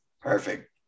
Perfect